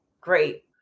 great